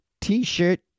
t-shirt